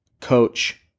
coach